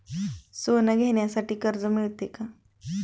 सोने घेण्यासाठी कर्ज मिळते का?